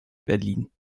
berlin